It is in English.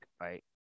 right